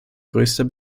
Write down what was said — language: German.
größter